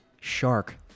shark